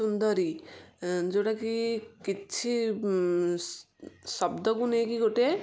ସୁନ୍ଦରୀ ଯେଉଁଟା କି କିଛି ଶବ୍ଦକୁ ନେଇକି ଗୋଟେ